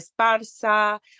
Esparza